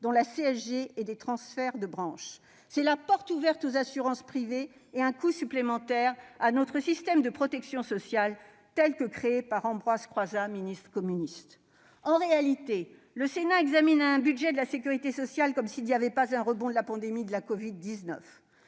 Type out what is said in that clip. dont la CSG et des transferts entre branches ? C'est la porte ouverte aux assurances privées et c'est un coup supplémentaire porté à notre système de protection sociale tel que créé par Ambroise Croizat, ministre communiste. En réalité, le Sénat examine aujourd'hui un budget de la sécurité sociale comme s'il n'y avait pas de rebond de la pandémie de covid-19.